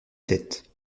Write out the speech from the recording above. tête